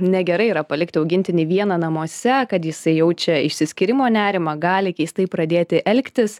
negerai yra palikti augintinį vieną namuose kad jisai jaučia išsiskyrimo nerimą gali keistai pradėti elgtis